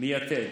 מיתד.